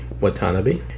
Watanabe